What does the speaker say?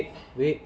wait wait